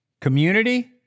Community